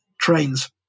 Trains